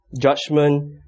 Judgment